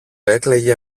έκλαιγε